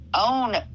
own